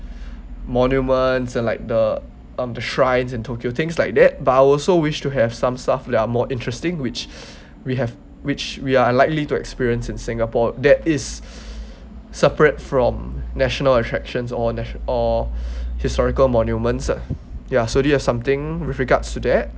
monuments like the um the shrines in tokyo things like that but I also wish to have some stuffs that are more interesting which we have which we are unlikely to experience in singapore that is separate from national attractions or nation~ or historical monuments ah ya so do you have something with regards to that